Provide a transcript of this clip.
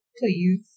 Please